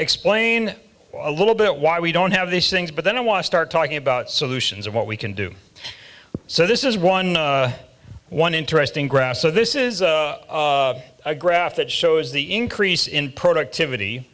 explain a little bit why we don't have these things but then i want to start talking about solutions and what we can do so this is one one interesting graph so this is a graph that shows the increase in productivity